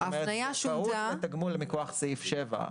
כלומר אפשרות לתגמול מכוח סעיף 7,